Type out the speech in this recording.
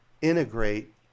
integrate